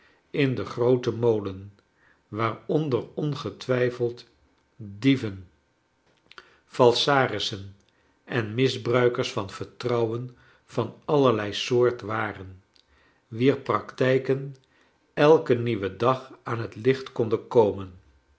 in den grooten molen waaronder ongetwijfeld dieven falsarissen en misbruikers van vertrouwen van allerlei socrb waren wier praktijken elken nieuwen dag aan het licht konden komen